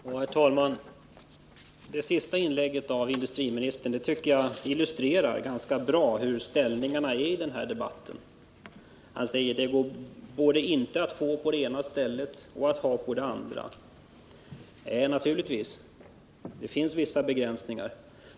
Herr talman! Det senaste inlägget av industriministern tycker jag ganska bra illustrerar ställningarna i den här debatten. Han säger att det inte går att ha sådan här verksamhet både på det ena och på det andra stället. Nej, naturligtvis finns det vissa begränsningar.